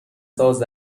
ساز